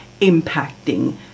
impacting